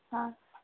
ہاں